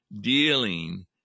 dealing